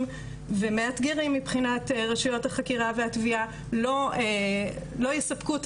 ומאתגרים מבחינת רשויות החקירה והתביעה לא יספקו את